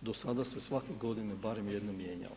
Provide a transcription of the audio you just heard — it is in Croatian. do sada se svake godine barem jednom mijenjao.